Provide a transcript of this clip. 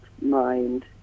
mind